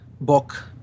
book